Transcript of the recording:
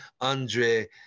Andre